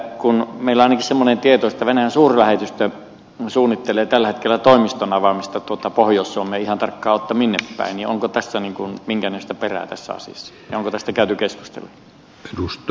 kun ainakin meillä on semmoinen tieto että venäjän suurlähetystö suunnittelee tällä hetkellä toimiston avaamista pohjois suomeen ihan tarkkaan ottaen en tiedä minne päin niin onko tässä asiassa minkään näköistä perää ja onko tästä käyty keskusteluja